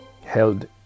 held